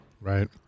Right